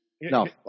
No